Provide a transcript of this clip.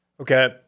Okay